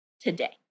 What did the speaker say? today